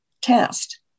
test